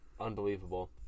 unbelievable